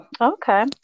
okay